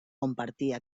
compartia